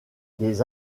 des